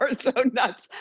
ah so nuts.